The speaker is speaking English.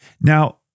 Now